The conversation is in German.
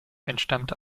entstammte